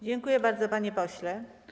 Dziękuję bardzo, panie pośle.